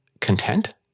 content